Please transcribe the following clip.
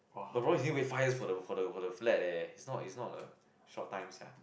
my problem is need wait five years for the for the for the flat eh is not is not a short time sia